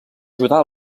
ajudar